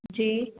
जी